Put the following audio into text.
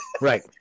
right